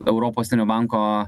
europos banko